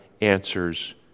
answers